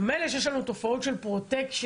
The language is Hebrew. מילא שיש לנו תופעות של פרוטקשן,